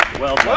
well done.